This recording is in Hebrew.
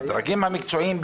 זה היה עם המילואימניקים,